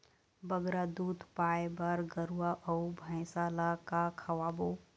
बगरा दूध पाए बर गरवा अऊ भैंसा ला का खवाबो?